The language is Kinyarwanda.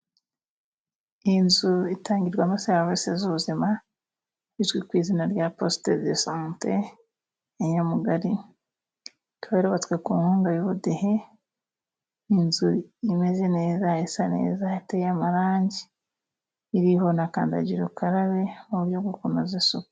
Iyi nzu itangirwamo serivisi z'ubuzima, izwi ku izina rya posite de sante ya Nyamugari ikaba yarubatswe ku nkunga y'ubudehe. Inzu imeze neza, isa neza hateye amarangi. Iriho na kandagira ukarabe mu buryo gukomeza isuku.